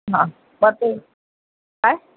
हां मग ते काय